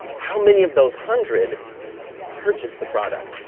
how many of those hundred purchased the product?